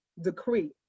decree